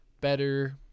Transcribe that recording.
better